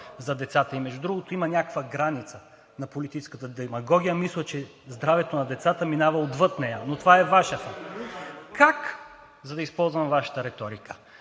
за децата. Между другото, има някаква граница на политическата демагогия и мисля, че здравето на децата минава отвъд нея, но това е Ваша. За да използвам Вашата риторика